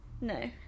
No